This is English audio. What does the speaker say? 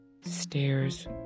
stairs